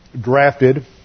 drafted